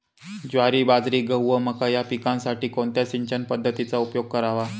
ज्वारी, बाजरी, गहू व मका या पिकांसाठी कोणत्या सिंचन पद्धतीचा उपयोग करावा?